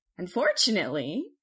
Unfortunately